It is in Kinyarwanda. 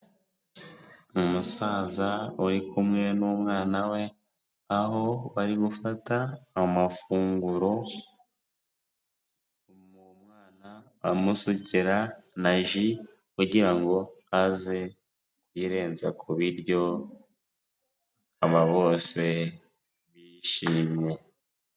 Umusaza uri kumwe n'umwana we, aho bari gufata amafunguro ,umwana amusukira naji kugira ngo aze yirenza kubiryo aba bose bishimye.